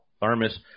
thermos